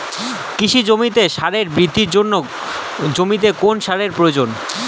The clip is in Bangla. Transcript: কৃষি জমিতে গাছের বৃদ্ধির জন্য জমিতে কোন সারের প্রয়োজন?